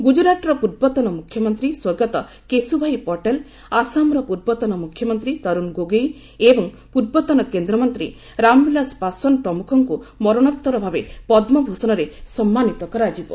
ଗୁଜରାଟର ପୂର୍ବତନ ମୁଖ୍ୟମନ୍ତ୍ରୀ ସ୍ୱର୍ଗତ କେସୁଭାଇ ପଟେଲ ଆସାମର ପୂର୍ବତନ ମୁଖ୍ୟମନ୍ତ୍ରୀ ତରୁଣ ଗୋଗେଇ ଏବଂ ପୂର୍ବତନ କେନ୍ଦ୍ରମନ୍ତ୍ରୀ ରାମବିଳାସ ପାଶଓ୍ୱାନ ପ୍ରମୁଖଙ୍କୁ ମରଣୋତ୍ତରଭାବେ ପଦ୍ମଭୂଷଣରେ ସମ୍ମାନୀତ କରାଯିବ